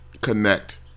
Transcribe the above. connect